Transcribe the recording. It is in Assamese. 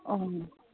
অঁ